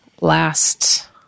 last